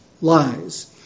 lies